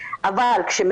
אבל ברגע